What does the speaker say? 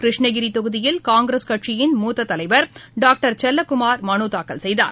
கிருஷ்ணகிரிதொகுதியில் காங்கிரஸ் கட்சியின் மூத்ததலைவர் டாக்டர் செல்லகுமார் மனுத் தாக்கல் செய்தார்